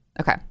Okay